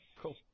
Cool